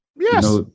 yes